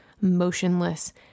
motionless